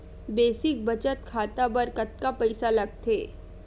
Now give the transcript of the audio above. Basic बचत खाता बर कतका पईसा लगथे?